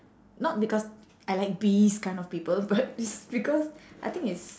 not because I like beast kind of people but it's because I think it's